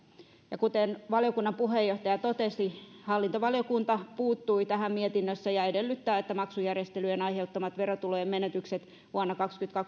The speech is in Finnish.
ja kuten valiokunnan puheenjohtaja totesi hallintovaliokunta puuttui tähän mietinnössä ja edellyttää että maksujärjestelyjen aiheuttamat verotulojen menetykset vuonna kaksituhattakaksikymmentä